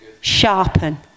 sharpen